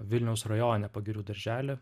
vilniaus rajone pagirių darželį